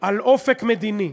על אופק מדיני.